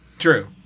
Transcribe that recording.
true